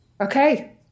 okay